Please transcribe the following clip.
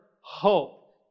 hope